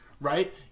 right